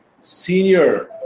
senior